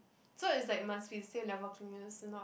so it's like must be same level of clinginess if not